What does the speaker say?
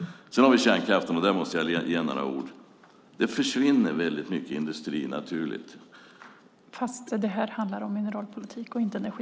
Sedan har vi kärnkraften, som jag måste säga några ord om. Det försvinner väldigt mycket industrier. Okej. Jag vill bara säga att jag gillar kärnkraften.